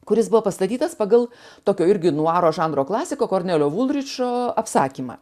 kuris buvo pastatytas pagal tokio irgi nuaro žanro klasiko kornelio vulrišo apsakymą